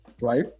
right